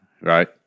right